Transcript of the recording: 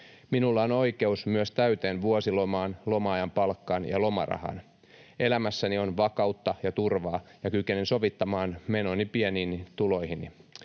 Minulla on oikeus myös täyteen vuosilomaan, loma-ajan palkkaan ja lomarahaan. Elämässäni on vakautta ja turvaa ja kykenen sovittamaan menoni pieniin tuloihin.